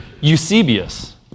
Eusebius